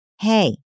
Hey